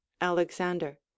alexander